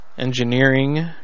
engineering